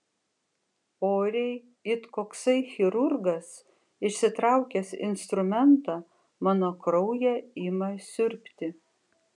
oriai it koksai chirurgas išsitraukęs instrumentą mano kraują ima siurbti